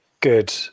Good